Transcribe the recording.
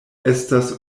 estas